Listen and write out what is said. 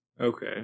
Okay